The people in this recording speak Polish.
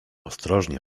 ostrożnie